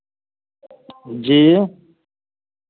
जी